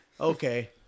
Okay